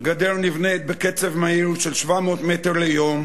שהגדר נבנית בקצב מהיר של 700 מטר ליום.